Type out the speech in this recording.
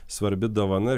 svarbi dovana